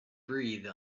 breathe